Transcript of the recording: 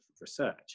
research